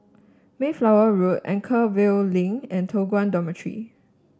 Mayflower Road Anchorvale Link and Toh Guan Dormitory